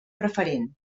preferent